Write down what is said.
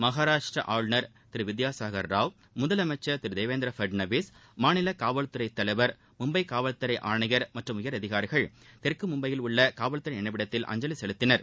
மகாராஷ்டிர ஆளுநர் திரு வித்பாசாகர் ராவ் முதலமைச்சர் திரு தேவேந்திர பட்னாவிஸ் மாநில காவல்துறை தலைவர் மும்பை காவல்துறை ஆணையர் மற்றும் உயரதிகாரிகள் தெற்கு மும்பையில் உள்ள காவல்துறை நினைவிடத்தில் அஞ்சவி செலுத்தினர்